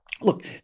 Look